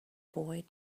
boy